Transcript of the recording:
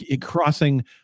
crossing